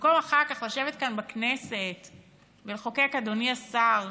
במקום אחר כך לשבת כאן בכנסת ולחוקק, אדוני השר,